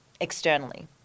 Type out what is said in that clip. externally